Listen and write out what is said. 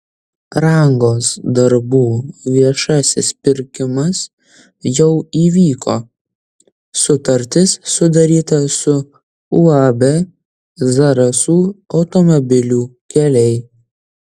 rangos darbų viešasis pirkimas jau įvyko sutartis sudaryta su uab zarasų automobilių keliai